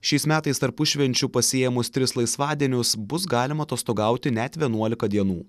šiais metais tarpušvenčiu pasiėmus tris laisvadienius bus galima atostogauti net vienuolika dienų